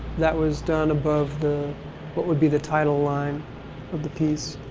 that was done above the what would be the title line of the piece.